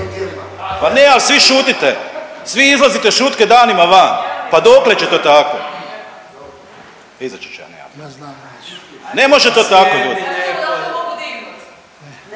Pa ne, ali svi šutite, svi izlazite šutke danima van. Pa dokle će to tako? Ne može to tako.